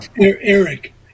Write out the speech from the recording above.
Eric